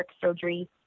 surgery